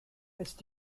ist